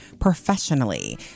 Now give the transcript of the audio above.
professionally